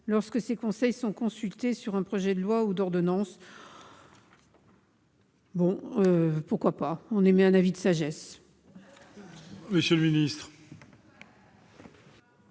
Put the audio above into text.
lorsque ces conseils sont consultés sur un projet de loi ou d'ordonnance. Pourquoi pas ? La commission émet un avis de sagesse